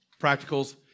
practicals